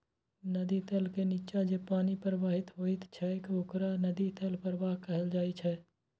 नदी तल के निच्चा जे पानि प्रवाहित होइत छैक ओकरा नदी तल प्रवाह कहल जाइ छै